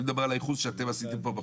אני מדבר על הייחוס שאתם עשיתם פה בחוק.